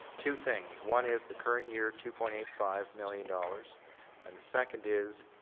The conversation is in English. two things. one is the current year two point eight five million dollars and the second is